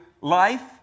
life